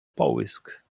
połysk